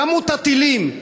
כמות הטילים,